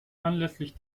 anlässlich